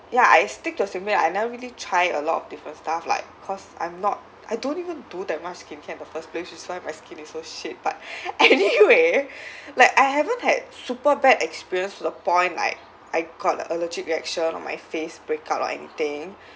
ya I stick to a similar I never really try a lot of different stuff like because I'm not I don't even do that much skincare in the first place which is why my skin is so shit but anyway like I haven't had super bad experience to the point like I got a allergic reaction on my face breakout or anything